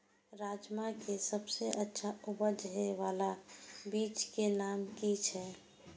राजमा के सबसे अच्छा उपज हे वाला बीज के नाम की छे?